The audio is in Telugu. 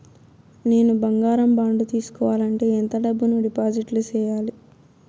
నేను బంగారం బాండు తీసుకోవాలంటే ఎంత డబ్బును డిపాజిట్లు సేయాలి?